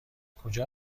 کجا